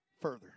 further